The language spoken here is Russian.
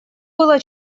было